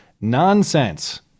Nonsense